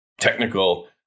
technical